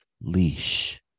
leash